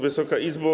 Wysoka Izbo!